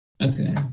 Okay